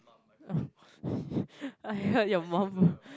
I heard your mom